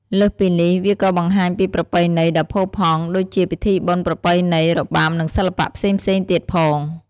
លើសពីនេះ វាក៏បង្ហាញពី ប្រពៃណី ដ៏ផូរផង់ ដូចជាពិធីបុណ្យប្រពៃណី របាំ និងសិល្បៈផ្សេងៗទៀតផង។